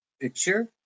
picture